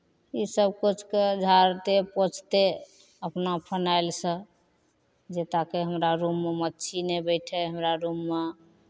इसभ किछुकेँ झाड़िते पोछिते अपना फिनाइलसँ जे ताकि हमरा रूममे माछी नहि बैठय हमरा रूममे